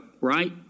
right